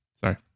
Sorry